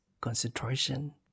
concentration